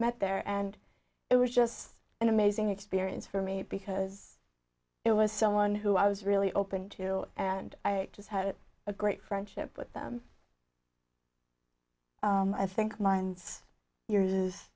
met there and it was just an amazing experience for me because it was someone who i was really open to and i just had a great friendship with them i think min